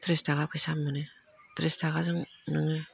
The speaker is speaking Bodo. थ्रिसि थाखा फैसा मोनो थ्रिस थाखाजों नोङो